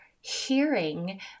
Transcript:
hearing